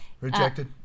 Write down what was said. Rejected